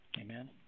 Amen